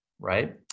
right